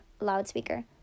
loudspeaker